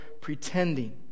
pretending